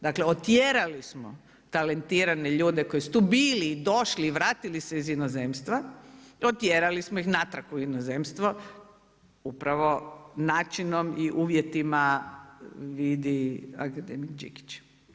Dakle, otjerali smo talentirane ljude koji su tu bili i došli, vratili se iz inozemstva, otjerali smo ih natrag u inozemstvo upravo načinom i uvjetima vidi akademik Đikić.